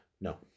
No